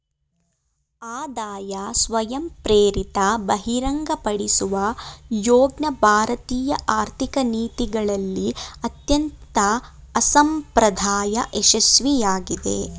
ಆದಾಯ ಸ್ವಯಂಪ್ರೇರಿತ ಬಹಿರಂಗಪಡಿಸುವ ಯೋಜ್ನ ಭಾರತೀಯ ಆರ್ಥಿಕ ನೀತಿಗಳಲ್ಲಿ ಅತ್ಯಂತ ಅಸಂಪ್ರದಾಯ ಯಶಸ್ವಿಯಾಗಿದೆ